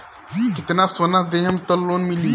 कितना सोना देहम त लोन मिली?